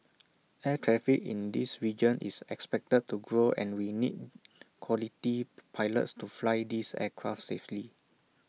air traffic in this region is expected to grow and we need quality pilots to fly these aircraft safely